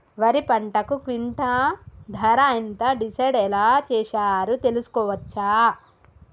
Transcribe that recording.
వరి పంటకు క్వింటా ధర ఎంత డిసైడ్ ఎలా చేశారు తెలుసుకోవచ్చా?